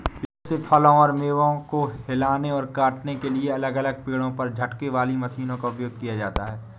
पेड़ से फलों और मेवों को हिलाने और काटने के लिए अलग अलग पेड़ पर झटकों वाली मशीनों का उपयोग किया जाता है